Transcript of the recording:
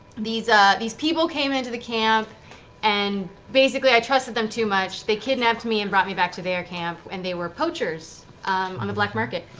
these ah these people came into the camp and basically i trusted them too much, they kidnapped me and brought me back to their camp. and they were poachers on the black market.